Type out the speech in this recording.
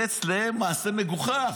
זה אצלם מעשה מגוחך.